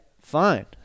fine